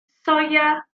soia